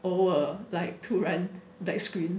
偶尔 like 突然 black screen